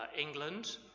England